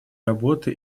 работы